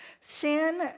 Sin